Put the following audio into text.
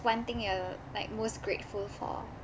one thing you're like most grateful for